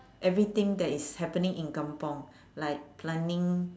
everything that is happening in kampung like planting